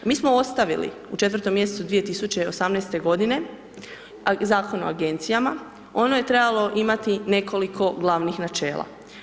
Mi smo ostavili u 4. mjesecu 2018. godine Zakon o agencijama, ono je trebalo imati nekoliko glavnih načela.